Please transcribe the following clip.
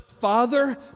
Father